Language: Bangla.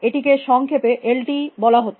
এটিকে সংক্ষেপে এল টি বলা হত